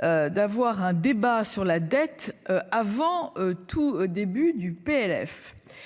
d'avoir un débat sur la dette avant tout début du PLF